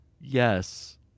Yes